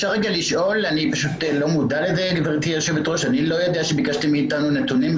אבדוק לא פחות ממבקר המדינה,